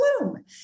Bloom